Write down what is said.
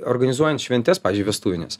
organizuojant šventes pavyzdžiui vestuvines